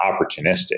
opportunistic